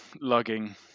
lugging